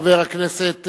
חבר הכנסת